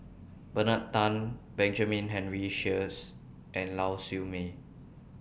Bernard Tan Benjamin Henry Sheares and Lau Siew Mei